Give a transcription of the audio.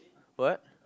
what